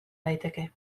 daiteke